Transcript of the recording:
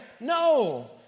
No